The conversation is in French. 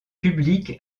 public